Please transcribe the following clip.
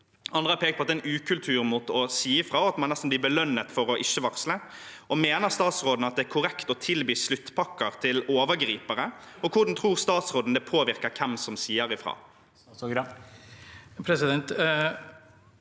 Andre har pekt på at det er en ukultur når det gjelder å si fra, og at man nesten blir belønnet for ikke å varsle. Mener statsråden at det er korrekt å tilby sluttpakker til overgripere, og hvordan tror statsråden det påvirker hvem som sier fra? Statsråd